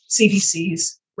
CDC's